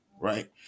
right